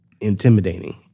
intimidating